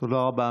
תודה רבה.